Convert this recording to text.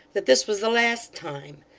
that this was the last time.